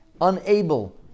unable